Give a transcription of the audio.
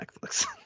Netflix